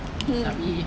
hmm